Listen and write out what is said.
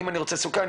אם אני רוצה סוכה,